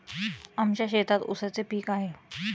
आमच्या शेतात ऊसाचे पीक आहे